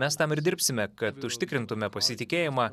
mes tam ir dirbsime kad užtikrintume pasitikėjimą